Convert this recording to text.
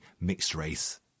mixed-race